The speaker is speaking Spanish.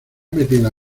metida